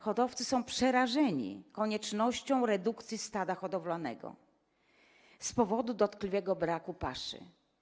Hodowcy są przerażeni koniecznością redukcji stada hodowlanego z powodu dotkliwego braku paszy.